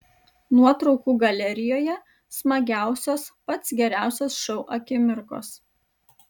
nuotraukų galerijoje smagiausios pats geriausias šou akimirkos